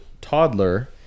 toddler